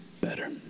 better